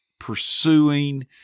pursuing